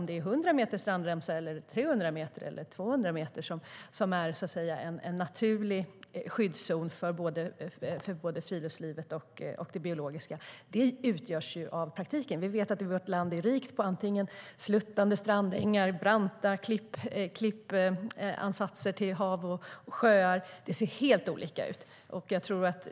Det kan vara 100 meter, 300 meter eller 200 meter strandremsa som är en naturlig skyddszon för både friluftslivet och det biologiska livet. Det framkommer i praktiken. Vi vet att vårt land är rikt på antingen sluttande strandängar eller branta klippavsatser till hav och sjöar. Det ser helt olika ut.